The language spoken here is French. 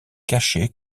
cachées